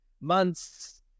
months